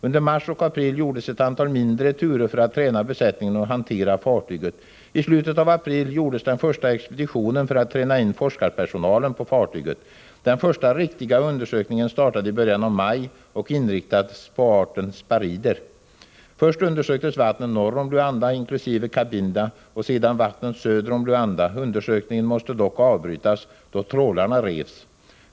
Under mars och april gjordes ett antal mindre turer för att träna besättningen att hantera fartyget. I slutet av april gjordes den första expeditionen för att träna in forskarpersonalen på fartyget. Den första riktiga undersökningen startade i början av maj och inriktades på arten sparider. Först undersöktes vattnen norr om Luanda inklusive Cabinda och sedan vattnen söder om Luanda. Undersökningen måste dock avbrytas då trålarna revs.